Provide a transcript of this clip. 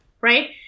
right